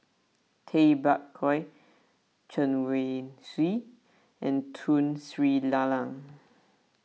Tay Bak Koi Chen Wen Hsi and Tun Sri Lanang